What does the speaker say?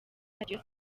radio